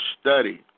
study